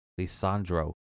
Lisandro